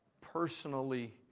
personally